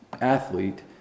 athlete